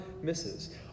misses